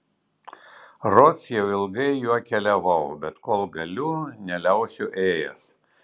rods jau ilgai juo keliavau bet kol galiu neliausiu ėjęs